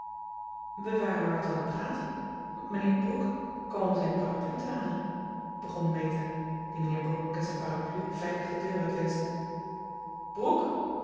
we waren maar wat aan t praten mijnheer brooke kwam om zijn parapluie te halen begon meta die mijnheer brooke en zijn parapluie veilig de deur uitwenschte brooke